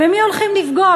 במי הולכים לפגוע?